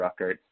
Ruckert